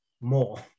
more